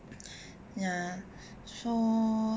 ya so